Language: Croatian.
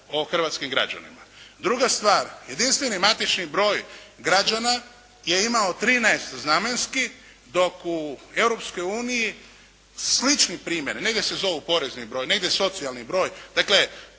o hrvatskim građanima. Druga stvar, jedinstveni matični broj građana je imao 13 znamenki, dok u Europskoj Uniji slični primjeri, negdje se zovu porezni broj, negdje socijalni broj, dakle,